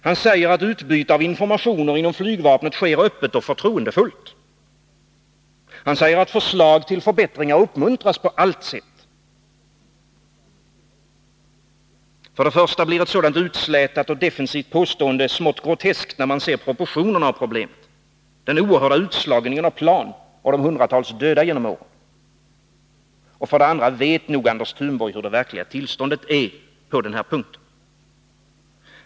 Han säger att utbyte av informationer inom flygvapnet sker öppet och förtroendefullt. Han säger att förslag till förbättringar uppmuntras på allt sätt. För det första blir ett sådant utslätat och defensivt påstående smått groteskt när man ser proportionerna av problemet, den oerhörda utslagningen av plan och de hundratals döda genom åren. För det andra vet nog Anders Thunborg hur det verkliga tillståndet är på den här punkten.